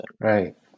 Right